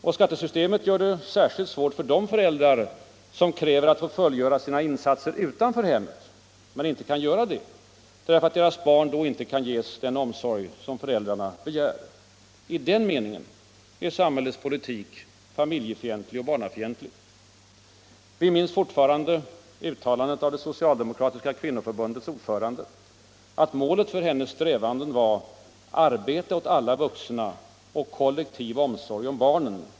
Och skattesystemet gör det särskilt svårt för de föräldrar som kräver att få fullgöra sina insatser utanför hemmet men inte kan göra detta, därför att deras barn inte kan ges den omsorg föräldrarna begär. I den meningen är samhällets politik familjefientlig och barnafientlig. Vi minns fortfarande uttalandet av det socialdemokratiska kvinnoförbundets ordförande att målet för hennes strävanden var ”arbete åt alla vuxna och kollektiv omsorg om barnen”.